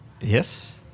Yes